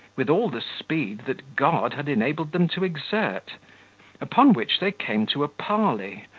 with all the speed that god had enabled them to exert upon which they came to a parley,